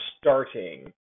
starting